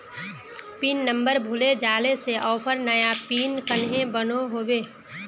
Pin number भूले जाले से ऑफर नया पिन कन्हे बनो होबे?